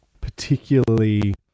particularly